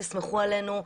תסמכו עלינו,